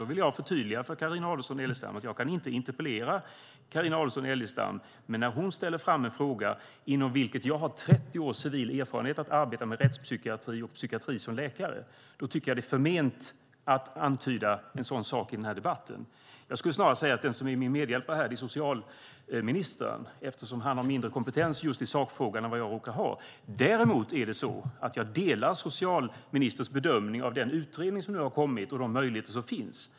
Då vill jag förtydliga för Carina Adolfsson Elgestam att jag inte kan interpellera henne, men när hon framställer en fråga som jag har 30 års civil erfarenhet av att arbeta med inom rättspsykiatrin och psykiatrin som läkare tycker jag att det är förment att antyda en sådan sak i debatten. Jag skulle snarare säga att den som är min medhjälpare här är socialministern, eftersom han har mindre kompetens just i sakfrågan än vad jag råkar ha. Däremot är det så att jag delar socialministerns bedömning av den utredning som nu har kommit och de möjligheter som finns.